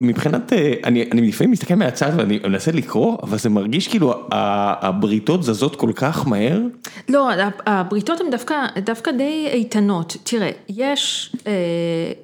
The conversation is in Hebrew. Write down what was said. מבחינת, אני לפעמים מסתכל מהצד ואני מנסה לקרוא, אבל זה מרגיש כאילו הבריטות זזות כל כך מהר. לא, הבריטות הן דווקא די עיתונות. תראה, יש אהה...